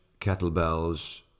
kettlebells